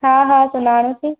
हा हा सुञाणोसीं